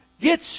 Get